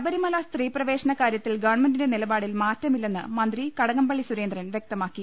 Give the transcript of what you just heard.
ശബരിമല സ്ത്രീപ്രവേശന കാര്യത്തിൽ ഗവൺമെന്റിന്റെ നില പാടിൽ മാറ്റമില്ലെന്ന് മന്ത്രി കടകംപള്ളി സുരേന്ദ്രൻ വ്യക്തമാ ക്കി